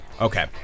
Okay